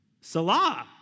Salah